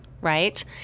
right